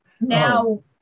now